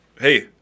Hey